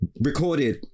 recorded